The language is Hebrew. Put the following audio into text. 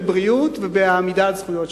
בבריאות ובעמידה על זכויות.